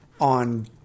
on